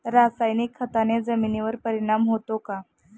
रासायनिक खताने जमिनीवर परिणाम होतो का?